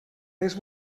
les